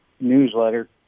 newsletter